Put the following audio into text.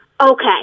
Okay